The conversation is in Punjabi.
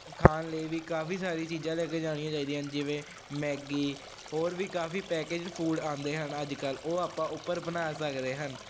ਖਾਣ ਲਈ ਵੀ ਕਾਫੀ ਸਾਰੀਆਂ ਚੀਜ਼ਾਂ ਲੈ ਕੇ ਜਾਣੀਆਂ ਚਾਹੀਦੀਆਂ ਜਿਵੇਂ ਮੈਗੀ ਹੋਰ ਵੀ ਕਾਫੀ ਪੈਕਜ ਫੂਡ ਆਉਂਦੇ ਹਨ ਅੱਜ ਕੱਲ੍ਹ ਉਹ ਆਪਾਂ ਉੱਪਰ ਬਣਾ ਸਕਦੇ ਹਨ